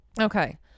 Okay